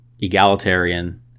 egalitarian